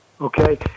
Okay